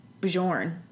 Bjorn